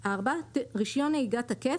(4) רישיון נהיגה תקף,